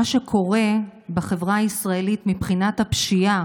מה שקורה בחברה הישראלית מבחינת הפשיעה